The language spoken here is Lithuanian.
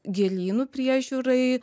gėlynų priežiūrai